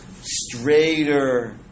straighter